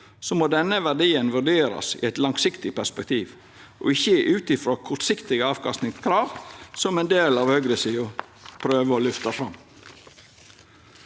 må denne verdien vurderast i eit langsiktig perspektiv, ikkje ut frå kortsiktige avkastingskrav, som ein del av høgresida prøver å løfta fram.